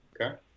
Okay